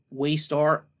Waystar